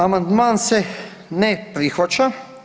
Amandman se ne prihvaća.